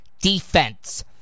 defense